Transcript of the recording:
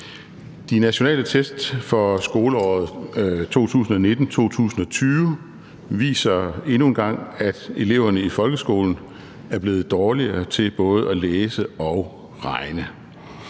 De nationale test for skoleåret 2019/2020 viser endnu en gang, at eleverne i folkeskolen er blevet dårligere til både at læse og regne,